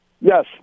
Yes